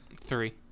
three